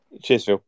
cheers